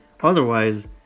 otherwise